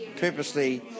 purposely